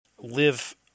live